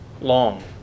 long